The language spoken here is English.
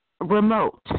remote